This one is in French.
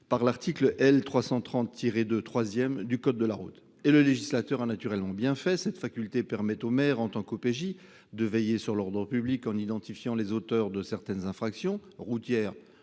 par l’article L. 330-2 du code de la route. Et le législateur a bien fait : cette faculté permet aux maires, en tant qu’OPJ, de veiller sur l’ordre public, en identifiant les auteurs de certaines infractions, routières